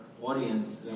Audience